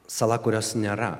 sala kurios nėra